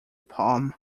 palm